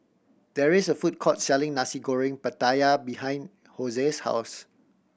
there is a food court selling Nasi Goreng Pattaya behind Jose's house